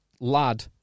lad